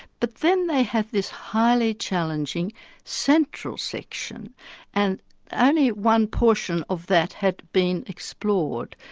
but then they had this highly challenging central section and only one portion of that had been explored.